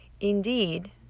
indeed